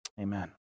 Amen